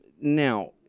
Now